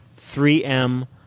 3M